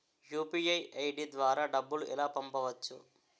UPI ID ద్వారా డబ్బులు ఎలా పంపవచ్చు?